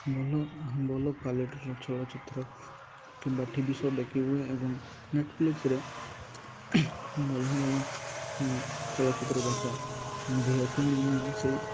ଭଲ ଭଲ କ୍ଵାଲିଟିର ଚଳଚ୍ଚିତ୍ର କିମ୍ବା ଟି ଭି ଶୋ ଦେଖି ହୁଏ ଏବଂ ନେଟ୍ଫ୍ଲିକ୍ସରେ ଭଲ ଭଲ ଚଳଚ୍ଚିତ୍ର ଯାକ ଦିଏ ତେଣୁ ମୁଁ ସେହି